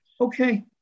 Okay